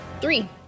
Three